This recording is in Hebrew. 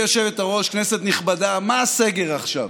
גברתי היושבת-ראש, כנסת נכבדה, מה סגר עכשיו?